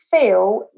feel